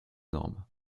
normes